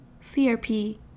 CRP